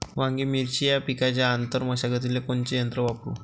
वांगे, मिरची या पिकाच्या आंतर मशागतीले कोनचे यंत्र वापरू?